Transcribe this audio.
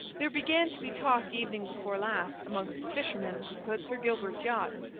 there began to be talk evening before last, amongst the fishermen, about sir gilbert's yacht.